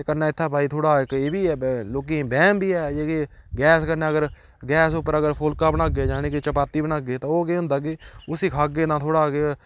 ते कन्नै इत्थै भाई थोह्ड़ा इक एह् बी ऐ लोकें गी बैह्म बी ऐ जे कि गैस कन्नै अगर गैस उप्पर अगर फुल्का बनाह्गे जानि कि चपाती बनाह्गे ते ओह् केह् होंदा कि उसी खाह्गे ना थोह्ड़ा के